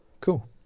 Cool